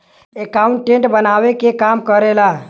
accountant बनावे क काम करेला